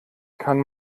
kann